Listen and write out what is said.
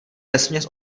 vesměs